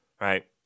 right